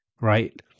right